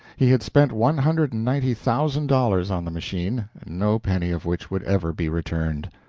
he had spent one hundred and ninety thousand dollars on the machine, no penny of which would ever be returned.